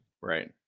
Right